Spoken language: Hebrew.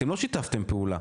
אתם לא שיתפתם פעולה,